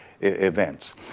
events